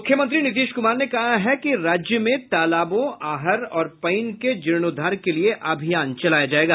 मुख्यमंत्री नीतीश कुमार ने कहा है कि राज्य में तालाबों आहर और पइन के जीर्णोद्वार के लिए अभियान चलाया जायेगा